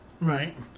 Right